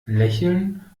lächeln